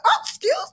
excuse